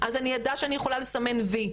אז אני אדע שאני יכולה לסמן וי,